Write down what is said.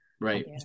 right